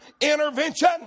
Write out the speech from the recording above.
intervention